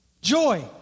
joy